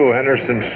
Henderson